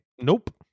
Nope